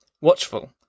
Watchful